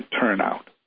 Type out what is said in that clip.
turnout